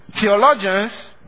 theologians